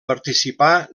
participar